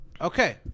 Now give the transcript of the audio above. Okay